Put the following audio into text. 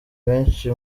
benshi